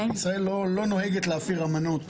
ישראל לא נוהגת להפר אמנות.